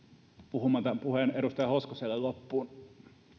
puhumaan tämän puheen edustaja hoskoselle loppuun